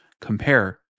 compare